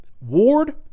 Ward